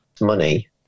money